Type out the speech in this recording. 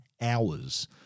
hours